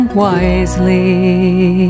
wisely